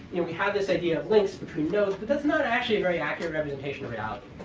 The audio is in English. you know we had this idea of links between nodes. but that's not actually a very accurate representation of reality,